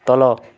ତଲ